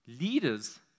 Leaders